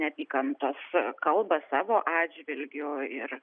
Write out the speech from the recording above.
neapykantos kalbą savo atžvilgiu ir